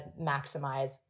maximize